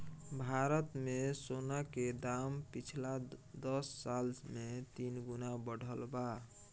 भारत मे सोना के दाम पिछला दस साल मे तीन गुना बढ़ल बा